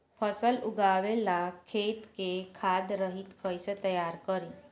फसल उगवे ला खेत के खाद रहित कैसे तैयार करी?